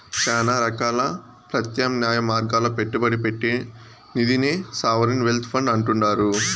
శానా రకాల ప్రత్యామ్నాయ మార్గాల్ల పెట్టుబడి పెట్టే నిదినే సావరిన్ వెల్త్ ఫండ్ అంటుండారు